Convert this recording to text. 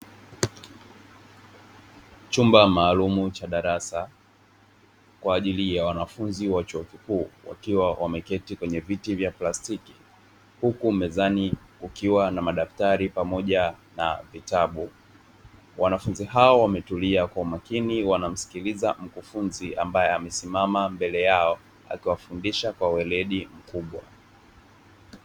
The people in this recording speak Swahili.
Chumba maalumu cha darasa kwa ajili ya wanafunzi wa chuo kikuu wakiwa wameketi kwenye viti vya plastiki, huku mezani kukiwa na madaftari pamoja na vitabu. Wanafunzi hao wametulia kwa umakini wanamsikiliza mkufunzi ambaye amesimama mbele yao, akiwafundisha kwa weledi mkubwa.